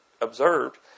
observed